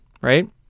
Right